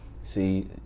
See